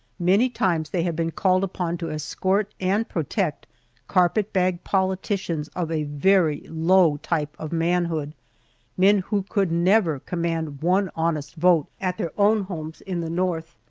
many times they have been called upon to escort and protect carpetbag politicians of a very low type of manhood men who could never command one honest vote at their own homes in the north.